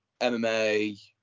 MMA